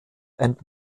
and